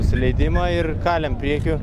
nusileidimą ir kalėm priekiu